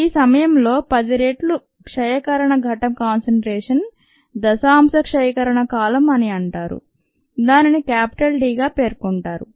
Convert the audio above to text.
ఈ సమయంలో 10 రెట్లు క్షయకరణ ఘటం కాన్సంట్రేషన్ దశాంశ క్షయకరణ కాలం అని అంటారు దీనిని క్యాపిటల్ D గా పేర్కొంటారు